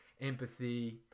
empathy